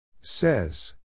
Says